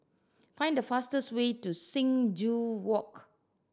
find the fastest way to Sing Joo Walk